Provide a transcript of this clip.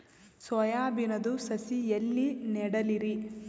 Soya ಬಿನದು ಸಸಿ ಎಲ್ಲಿ ನೆಡಲಿರಿ?